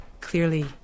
clearly